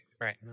Right